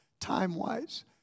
Time-wise